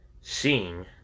Seeing